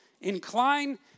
incline